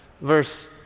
verse